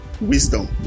Wisdom